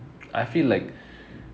I feel like